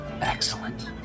excellent